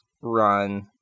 run